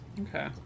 Okay